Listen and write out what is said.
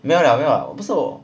没有了没有了不错